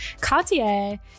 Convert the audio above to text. Cartier